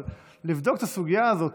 אבל לבדוק את הסוגיה הזו.